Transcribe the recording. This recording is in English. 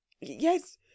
Yes